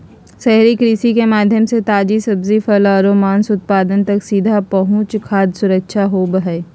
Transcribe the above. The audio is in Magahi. शहरी कृषि के माध्यम से ताजी सब्जि, फल आरो मांस उत्पाद तक सीधा पहुंच खाद्य सुरक्षा होव हई